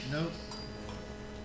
Nope